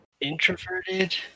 introverted